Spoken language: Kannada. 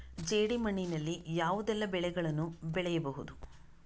ಜೇಡಿ ಮಣ್ಣಿನಲ್ಲಿ ಯಾವುದೆಲ್ಲ ಬೆಳೆಗಳನ್ನು ಬೆಳೆಯಬಹುದು?